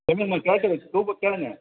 சொல்லுங்கம்மா கேட்குது சூப்பர் கேளுங்கள்